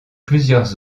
plusieurs